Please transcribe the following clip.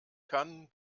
kann